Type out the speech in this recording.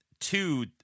Two